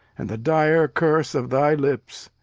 and the dire curse of thy lips.